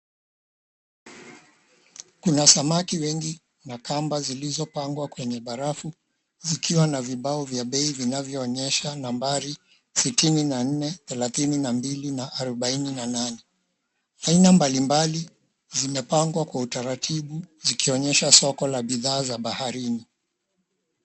Kuna samaki wengi na kamba zilizopangwa kwenye barafu zikiwa na vibao vya bei vinavyoonyesha nambari 64, 32, na 48. Aina mbalimbali zimepangwa kwa utaratibu zikiionyesha soko la bidhaa za baharini.